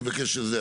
אני אבקש שזה.